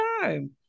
time